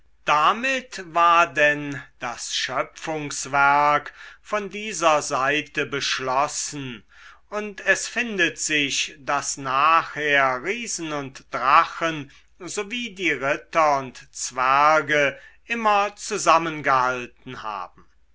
damit war denn das schöpfungswerk von dieser seite beschlossen und es findet sich daß nachher riesen und drachen sowie die ritter und zwerge immer zusammengehalten haben